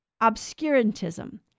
obscurantism